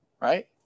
Right